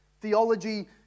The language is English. Theology